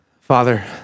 Father